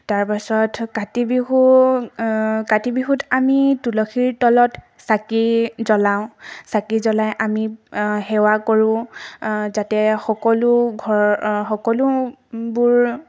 তাৰপাছত কাতি বিহু কাতি বিহুত আমি তুলসীৰ তলত চাকি জ্বলাওঁ চাকি জ্বলাই আমি সেৱা কৰোঁ যাতে সকলো ঘৰ সকলোবোৰ